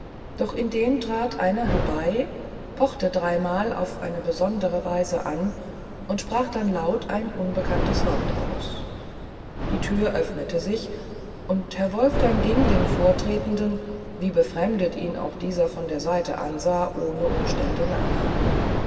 doch indem trat einer herbei pochte dreimal auf eine besondere weise an und sprach dann laut ein unbekanntes wort aus die tür öffnete sich und herr wolfgang ging dem vortretenden wie befremdet ihn auch dieser von der seite ansah ohne umstände nach